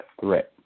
threat